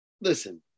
Listen